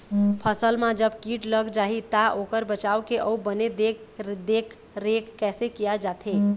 फसल मा जब कीट लग जाही ता ओकर बचाव के अउ बने देख देख रेख कैसे किया जाथे?